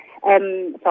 Sorry